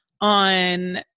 on